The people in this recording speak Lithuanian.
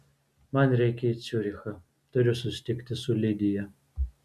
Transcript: man reikia į ciurichą turiu susitikti su lidija